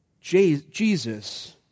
Jesus